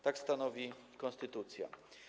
Tak stanowi konstytucja.